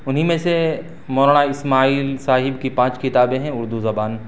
انہیں میں سے مولانا اسماعیل صاحب کی پانچ کتابیں ہیں اردو زبان